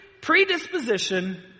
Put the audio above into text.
predisposition